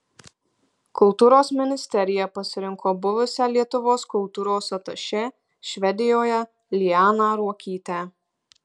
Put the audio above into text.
kultūros ministerija pasirinko buvusią lietuvos kultūros atašė švedijoje lianą ruokytę